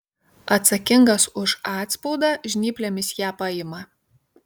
atsakingas už atspaudą žnyplėmis ją paima